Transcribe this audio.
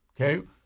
okay